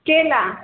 केला